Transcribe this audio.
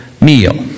meal